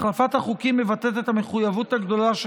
החלפת החוקים מבטאת את המחויבות הגדולה של